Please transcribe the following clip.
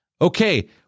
Okay